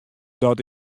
dat